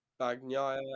Bagnaya